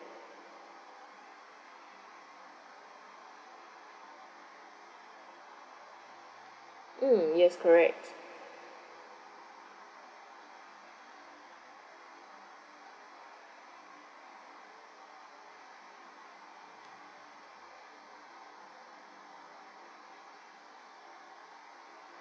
mm yes correct